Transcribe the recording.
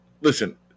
listen